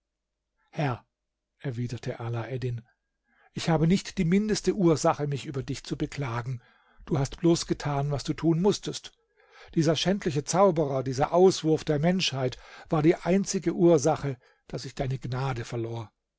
herr erwiderte alaeddin ich habe nicht die mindeste ursache mich über dich zu beklagen du hast bloß getan was du tun mußtest dieser schändliche zauberer dieser auswurf der menschheit war die einzige ursache daß ich deine gnade verlor